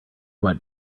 what